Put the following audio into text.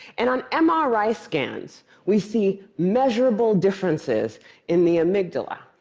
and on um ah mri scans, we see measurable differences in the amygdala,